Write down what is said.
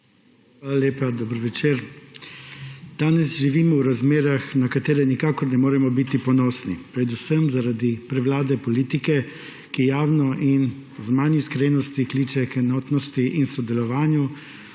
Hvala lepa. Dober večer! Danes živimo v razmerah, na katere nikakor ne moremo biti ponosni predvsem zaradi prevlade politike, ki javno in z manj iskrenosti kliče k enotnosti in sodelovanju,